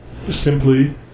Simply